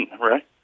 right